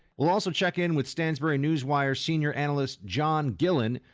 we'll also check in with stansberry newswire senior analyst john gillin,